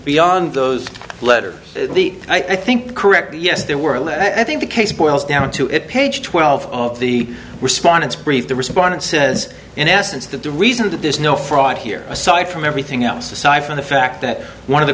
beyond those letters the i think correct yes there were let i think the case boils down to it page twelve of the respondents brief the respondent says in essence that the reason that there's no fraud here aside from everything else aside from the fact that one of the